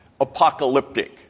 apocalyptic